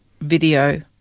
video